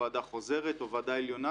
ועדה חוזרת או ועדה עליונה,